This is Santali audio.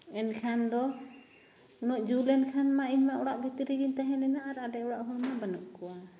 ᱮᱱᱠᱷᱟᱱᱫᱚ ᱩᱱᱟᱹᱜ ᱡᱩᱞᱮᱱ ᱠᱷᱟᱱ ᱢᱟ ᱤᱧᱫᱚ ᱚᱲᱟᱜ ᱵᱷᱤᱛᱨᱤᱜᱮᱧ ᱛᱟᱦᱮᱸᱞᱮᱱᱟ ᱟᱨ ᱟᱞᱮ ᱚᱲᱟᱜ ᱦᱚᱲᱢᱟ ᱵᱟᱹᱱᱩᱜᱠᱚ